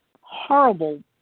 horrible